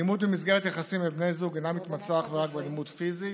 אלימות במסגרת יחסים בין בני זוג אינה מתמצה אך ורק באלימות פיזית.